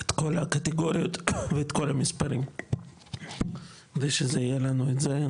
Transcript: את כל הקטיגוריות ואת כל המספרים ושיהיה לנו את זה,